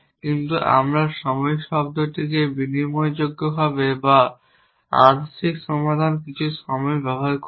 কিন্তু আমরা সময় শব্দটিকে বিনিময়যোগ্য বা আংশিক সমাধান কিছু সময় ব্যবহার করব